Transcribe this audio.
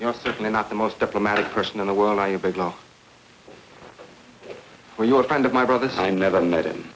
are certainly not the most diplomatic person in the world are you big now or your friend of my brother's i never met him